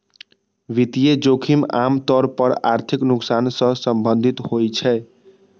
वित्तीय जोखिम आम तौर पर आर्थिक नुकसान सं संबंधित होइ छै